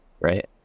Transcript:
right